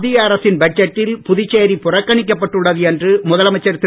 மத்திய அரசின் பட்ஜெட்டில் புதுச்சேரி புறக்கணிக்கப்பட்டுள்ளது என்று முதலமைச்சர் திரு